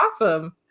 awesome